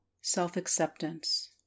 self-acceptance